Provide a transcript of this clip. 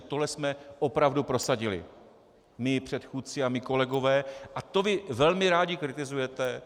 Tohle jsme opravdu prosadili mí předchůdci a kolegové, a to vy velmi rádi kritizujete.